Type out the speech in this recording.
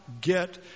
get